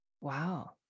Wow